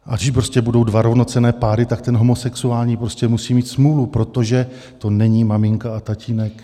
A když prostě budou dva rovnocenné páry, tak ten homosexuální prostě musí mít smůlu, protože to není maminka a tatínek.